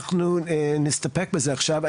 אנחנו נסתפק בזה עכשיו.